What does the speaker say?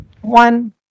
One